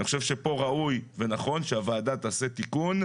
אני חושב שפה ראוי ונכון שהוועדה תעשה תיקון,